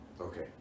Okay